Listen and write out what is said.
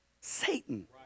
Satan